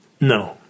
No